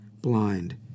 blind